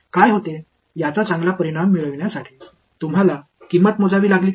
काय होते याचा चांगला परिणाम मिळविण्यासाठी तुम्हाला किंमत मोजावी लागली का